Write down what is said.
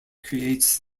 creates